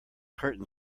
curtain